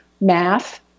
math